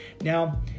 now